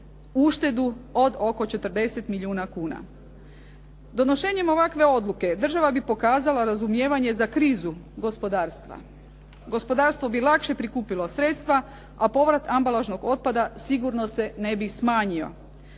uštedu od oko 40 milijuna kuna. Donošenjem ovakve odluke država bi pokazala razumijevanje za krizu gospodarstva. Gospodarstvo bi lakše prikupilo sredstva, a povrat ambalažnog otpada sigurno se ne bi smanjio.